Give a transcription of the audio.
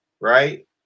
Right